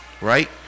right